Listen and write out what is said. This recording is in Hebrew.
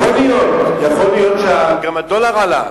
יכול להיות, גם הדולר עלה.